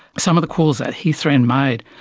some of the calls that heath wren made,